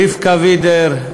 רבקה וידר,